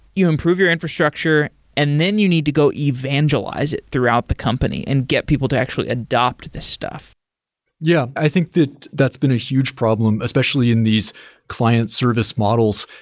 you improve your infrastructure and then you need to go evangelize it throughout the company and get people to actually adopt this stuff yeah. i think that that's been a huge problem, especially in these client service models.